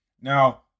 Now